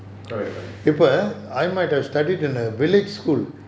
correct correct